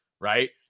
right